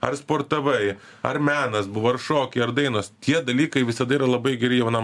ar sportavai ar menas buvo ar šokiai ar dainos tie dalykai visada yra labai geri jaunam